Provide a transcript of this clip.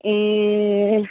ए